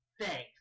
Thanks